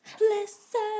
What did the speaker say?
Listen